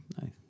nice